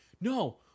no